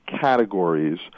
categories